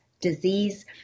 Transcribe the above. disease